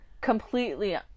completely